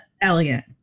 elegant